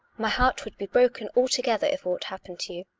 my heart would be broken altogether if aught happened to you.